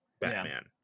Batman